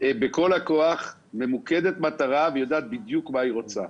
בכל הכוח, ממוקדת מטרה ויודעת בדיוק מה היא רוצה.